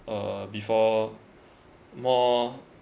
uh before more